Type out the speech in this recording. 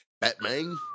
Batman